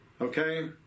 Okay